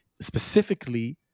specifically